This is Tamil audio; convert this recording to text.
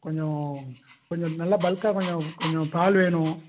கொஞ்சம் கொஞ்சம் நல்லா பல்க்காக கொஞ்சம் கொஞ்சம் பால் வேணும்